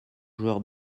joueur